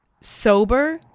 sober